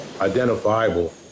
identifiable